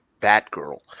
Batgirl